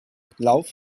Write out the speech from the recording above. lauf